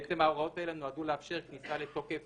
בעצם, ההוראות האלה נועדו לאפשר כניסה לתוקף